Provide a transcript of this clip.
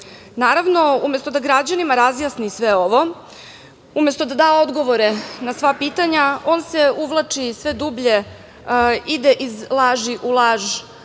radi. Naravno, umesto da građanima razjasni sve ovo, umesto da da odgovore na sva pitanja, on se uvlači sve dublje, ide iz laži u laž,